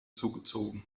zugezogen